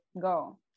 go